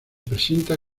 presenta